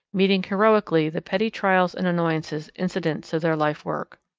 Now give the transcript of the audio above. meeting heroically the petty trials and annoyances incident to their life work.